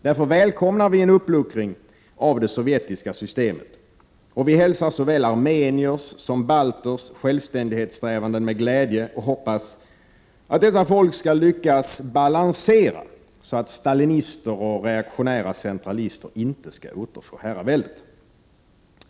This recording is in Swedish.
Därför välkomnar vi en uppluckring av det sovjetiska systemet, och vi hälsar såväl armeniers som balters självständighetssträvanden med glädje och hoppas att dessa folk skall lyckas balansera, så att stalinister och reaktionära centralister inte skall återfå herraväldet.